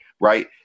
Right